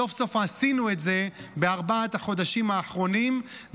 סוף-סוף עשינו את זה בארבעת החודשים האחרונים,